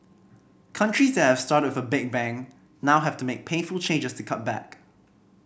countries that have started with a big bang now have to make painful changes to cut back